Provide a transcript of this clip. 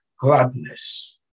gladness